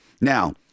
Now